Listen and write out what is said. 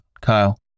Kyle